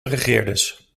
regeerders